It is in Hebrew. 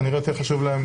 כמו שרואים,